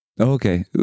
Okay